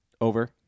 Over